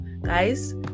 guys